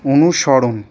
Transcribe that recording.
অনুসরণ